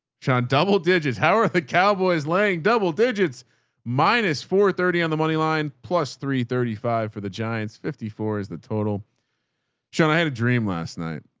sean, double digits. how are the cowboys laying double digits minus four thirty on the money line. plus three thirty five for the giants. fifty four is the total sean. i had a dream last night.